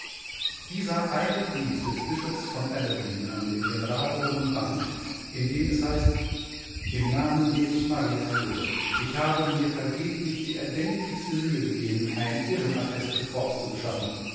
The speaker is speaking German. dieser eine brief des bischofs von aberdeen an den generaloberen bank in dem es heißt im namen jesus maria joseph ich habe mir vergeblich die erdenklichste mühe gegeben ein irrenattest für forbes zu beschaffen